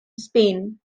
spain